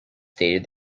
stated